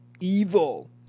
Evil